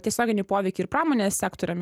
tiesioginį poveikį ir pramonės sektoriam